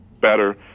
better